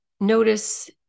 Notice